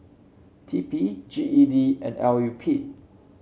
T P G E D and L U P